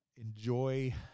enjoy